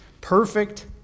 perfect